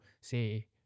say